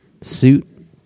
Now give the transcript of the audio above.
suit